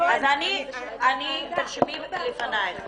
תרשמי לפנייך,